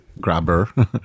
grabber